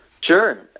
Sure